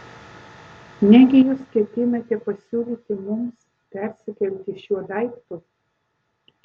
negi jūs ketinate pasiūlyti mums persikelti šiuo daiktu